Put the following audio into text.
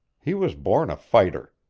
he was born a fighter.